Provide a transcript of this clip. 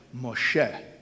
Moshe